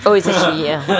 oh it's a she ah